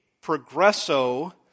Progresso